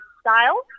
style